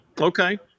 Okay